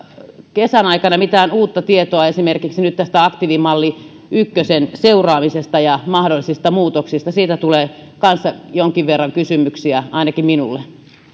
kesän aikana mitään uutta tietoa esimerkiksi nyt tästä aktiivimalli ykkösen seuraamisesta ja mahdollisista muutoksista siitä tulee kanssa jonkin verran kysymyksiä ainakin minulle